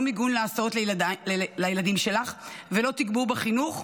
לא מיגון להסעות לילדים שלך ולא תגבור בחינוך,